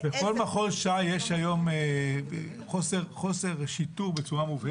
בכל מחוז ש"י יש היום חוסר שיטור בצורה מובהקת.